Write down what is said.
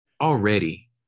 already